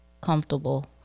comfortable